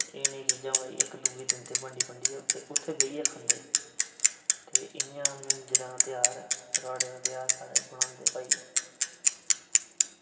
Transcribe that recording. एह् नेहीं चीज़ां दिंदे इक्क दूऐ गी बंडी बंडियै ते उत्थें बेहियै खंदे ते इंया मिंजरां ध्यार राह्ड़े दा ध्यार साढ़ै मनांदे भाई